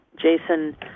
Jason